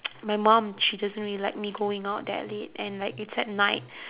my mum she doesn't really like me going out that late and like it's at night